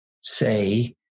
say